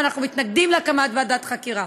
ואנחנו מתנגדים להקמת ועדת חקירה.